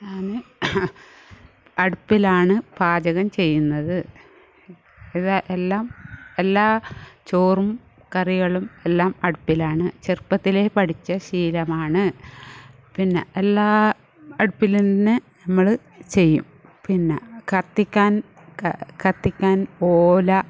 ഞാൻ അടുപ്പിലാണ് പാചകം ചെയ്യുന്നത് അത് എല്ലാം എല്ലാ ചോറും കറികളും എല്ലാം അടുപ്പിലാണ് ചെറുപ്പത്തിലേ പഠിച്ച ശീലമാണ് പിന്നെ എല്ലാം അടുപ്പിലന്നെ നമ്മൾ ചെയ്യും പിന്നെ കത്തിക്കാൻ കത്തിക്കാൻ ഓല